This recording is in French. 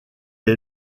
est